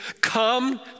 come